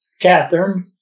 Catherine